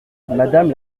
madame